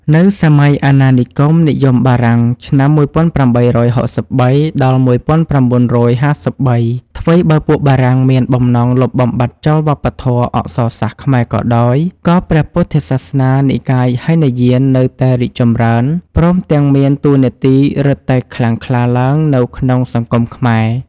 នៅសម័យអាណានិគមនិយមបារាំង (ឆ្នាំ ១៨៦៣-១៩៥៣) ថ្វីបើពួកបារាំង មានបំណងលុបបំបាត់ចោលវប្បធម៌ អក្សរសាស្ត្រខ្មែរក៏ដោយ ក៏ព្រះពុទ្ធសាសនា និកាយហីនយាននៅតែរីកចម្រើន ព្រមទាំងមានតួនាទីរឹតតែខ្លាំងក្លាឡើងនៅក្នុងសង្គម ខ្មែរ ។